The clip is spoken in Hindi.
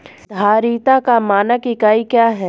धारिता का मानक इकाई क्या है?